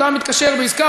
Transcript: אדם מתקשר בעסקה,